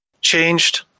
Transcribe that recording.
changed